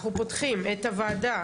אנחנו פותחים את ישיבת הוועדה